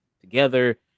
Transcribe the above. together